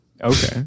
okay